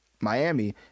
Miami